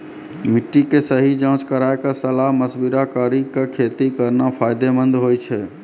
मिट्टी के सही जांच कराय क सलाह मशविरा कारी कॅ खेती करना फायदेमंद होय छै